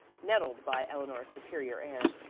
nettled by eleanor's superior air.